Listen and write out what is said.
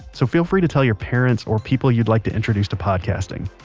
so feel free to tell your parents or people you'd like to introduce to podcasting.